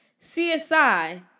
CSI